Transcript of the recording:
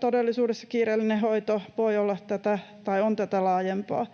todellisuudessa kiireellinen hoito on tätä laajempaa.